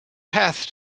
path